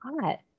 hot